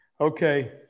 Okay